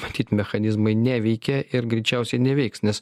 matyt mechanizmai neveikia ir greičiausiai neveiks nes